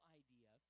idea